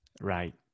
right